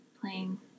Playing